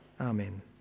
Amen